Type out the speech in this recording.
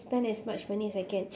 spend as much money as I can